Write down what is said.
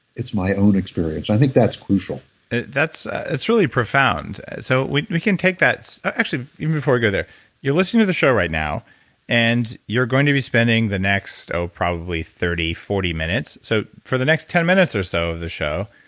it's my own experience. i think that's crucial and that's really profound. so, we we can take that. actually even before we go there you're listening to the show right now and you're going to be spending the next oh, probably thirty, forty minutes. so, for the next ten minutes or so of the show,